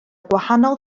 gwahanol